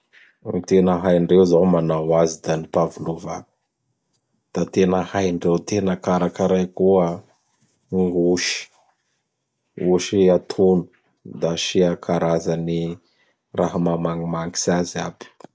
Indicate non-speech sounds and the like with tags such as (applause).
(noise) Gn tena haindreo zao gn manao azy da gn Pavlôva. (noise) Da haindreo karakaray koa gn'Osy. Osy atono; da asia gn karazan'ny raha mahamagnimagnitsy azy aby. (noise)